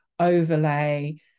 overlay